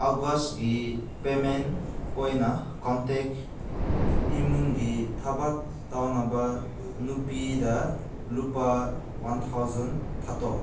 ꯑꯣꯒꯁꯀꯤ payment ꯑꯣꯏꯅ contract ꯏꯃꯨꯡꯒꯤ ꯊꯕꯛ ꯇꯧꯅꯕ ꯅꯨꯄꯤꯗ ꯂꯨꯄꯥ ꯋꯥꯟ ꯊꯥꯎꯖꯟ ꯊꯥꯈꯣ